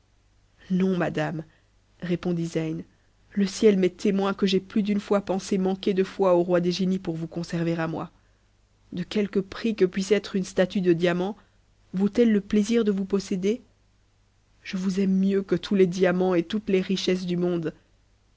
non madame répondit zeyn le ciel m'est témoin que j'ai plus d'une fois pensé manquer de foi au roi des génies pour vous conserver à moi de quelque prix que puisse être une statue de diamant vaut-elle le plaisir de vous posséder je vous aime mieux que tous les diamants et toutes les richesses du monde